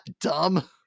dumb